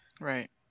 Right